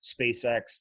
SpaceX